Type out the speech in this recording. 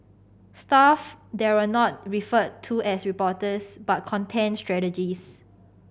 staff there are not referred to as reporters but content strategist